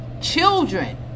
Children